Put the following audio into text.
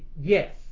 yes